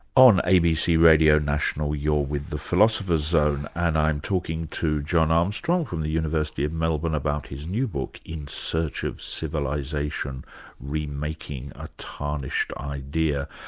on abc radio national you're with the philosopher's zone and i'm talking to john armstrong from the university of melbourne, about his new book in search of civilisation remaking a tarnished idea.